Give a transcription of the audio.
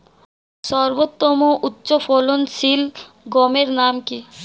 সর্বতম উচ্চ ফলনশীল গমের নাম কি?